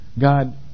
God